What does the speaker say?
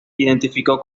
identificó